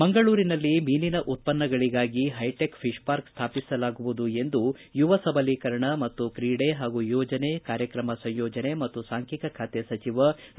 ಮಂಗಳೂರಿನಲ್ಲಿ ಮೀನಿನ ಉತ್ವನ್ನಗಳಿಗಾಗಿ ಹೈಟೆಕ್ ಫಿಶ್ ಪಾರ್ಕ್ ಸ್ವಾಪಿಸಲಾಗುವುದು ಎಂದು ಯುವ ಸಬಲೀಕರಣ ಮತ್ತು ತ್ರೀಡೆ ಹಾಗೂ ಯೋಜನೆ ಕಾರ್ಯಕ್ರಮ ಸಂಯೋಜನೆ ಮತ್ತು ಸಾಂಖ್ನಿಕ ಖಾತೆ ಸಚಿವ ಡಾ